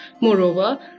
Moreover